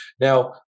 Now